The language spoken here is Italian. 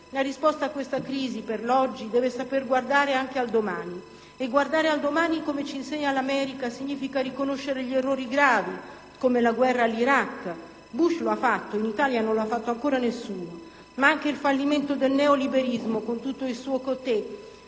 La risposta a questa crisi per l'oggi deve saper guardare anche al domani, e guardare al domani, come ci insegna l'America, significa riconoscere gli errori gravi, come la guerra all'Iraq - Bush l'ha fatto, in Italia non l'ha fatto ancora nessuno -, ma anche il fallimento del neoliberismo, con tutto il suo *côté*